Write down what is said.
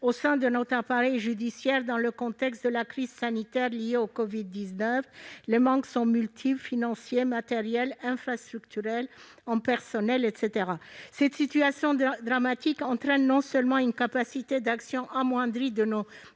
sein de notre appareil judiciaire dans le contexte de la crise sanitaire liée à la covid-19. Les manques sont multiples : financier, matériel, en termes d'infrastructures et de personnels, etc. Cette situation dramatique entraîne non seulement une moindre capacité d'action de nos